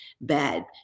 bad